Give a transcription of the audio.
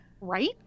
Right